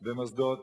במוסדות